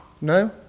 No